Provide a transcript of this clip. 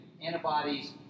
antibodies